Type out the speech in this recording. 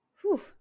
whew